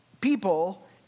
people